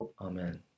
Amen